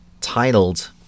titled